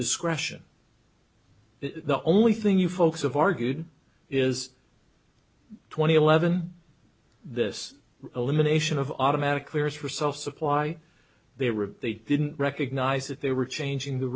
discretion the only thing you folks have argued is twenty eleven this elimination of automatic clears for self supply they were they didn't recognize that they were changing the